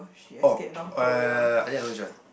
orh oh ya ya ya ya ya I think I know which one